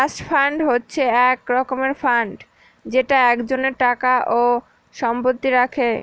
trust fund হচ্ছে এক রকমের ফান্ড যেটা একজনের টাকা ও সম্পত্তি রাখে